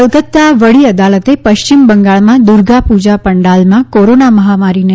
કલકતા વડી અદાલતે પશ્ચિમ બંગાળમાં દુર્ગા પૂજા પંડાલમાં કોરોના મહામારીને